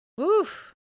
Oof